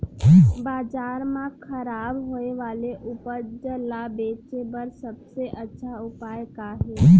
बाजार मा खराब होय वाले उपज ला बेचे बर सबसे अच्छा उपाय का हे?